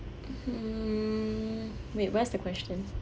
mm wait what's the question